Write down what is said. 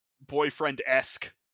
boyfriend-esque